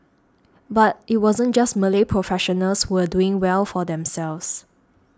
but it wasn't just Malay professionals who were doing well for themselves